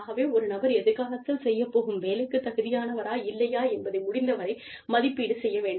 ஆகவே ஒரு நபர் எதிர்காலத்தில் செய்யப் போகும் வேலைக்கு தகுதியானவரா இல்லையா என்பதை முடிந்தவரை மதிப்பீடு செய்ய வேண்டும்